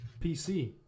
PC